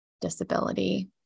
disability